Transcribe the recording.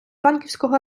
банківського